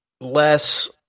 less